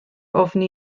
ofni